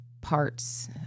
parts